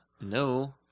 No